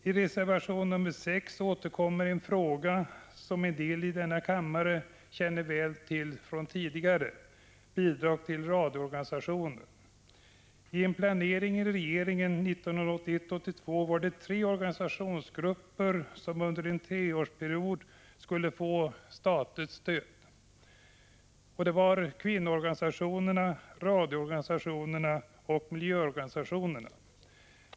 I reservation nr 6 återkommer en fråga, som en del i denna kammare känner väl till sedan tidigare, nämligen bidrag till radioorganisationer. Enligt en planering i regeringen 1981/82 skulle tre organisationsgrupper få statligt stöd att införas under en treårsperiod, nämligen kvinnoorganisationer, radioorganisationer och miljöorganisationer.